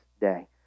day